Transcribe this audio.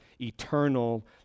eternal